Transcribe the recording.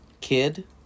kid